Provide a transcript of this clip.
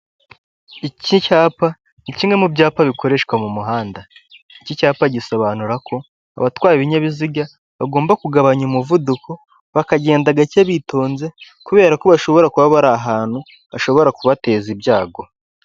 Iki cyapa ni kimwe mu byapa bikoreshwa mu muhanda, iki cyapa gisobanura ko abatwaye ibinyabiziga bagomba kugabanya umuvuduko bakagenda gake bitonze kubera ko bashobora kuba bari ahantu hashobora kubateza ibyago.